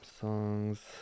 Songs